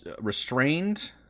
restrained